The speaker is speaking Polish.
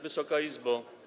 Wysoka Izbo!